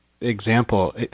example